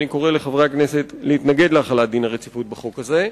ואני קורא לחברי הכנסת להתנגד להחלת דין הרציפות בחוק הזה.